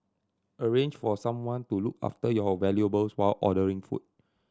arrange for someone to look after your valuables while ordering food